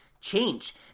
change